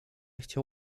chciał